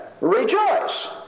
Rejoice